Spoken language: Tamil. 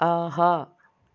ஆஹா